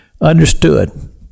understood